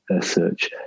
search